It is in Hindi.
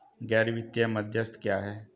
गैर वित्तीय मध्यस्थ क्या हैं?